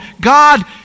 God